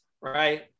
Right